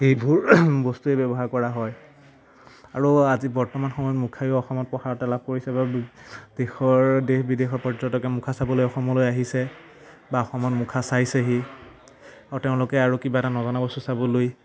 এইবোৰ বস্তুৱেই ব্যৱহাৰ কৰা হয় আৰু আজি বৰ্তমান সময়ত মুখায়ো অসমত প্ৰসাৰতা লাভ কৰিছে বা দেশৰ দেশ বিদেশৰ পৰ্যটকে মুখা চাবলৈ অসমলৈ আহিছে বা অসমত মুখা চাইছেহি আৰু তেওঁলোকে আৰু কিবা এটা নজনা বস্তু চাবলৈ